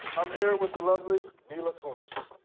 i'm here with the lovely mila kunis.